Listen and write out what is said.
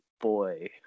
boy